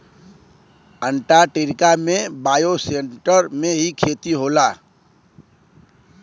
Antarctica में bioshelter में ही खेती होला